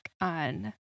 on